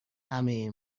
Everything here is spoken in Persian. همه